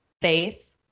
Faith